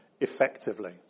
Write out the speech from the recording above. effectively